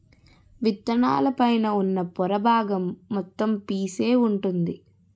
విత్తనాల పైన ఉన్న పొర బాగం మొత్తం పీసే వుంటుంది